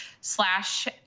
slash